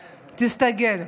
תסתגל,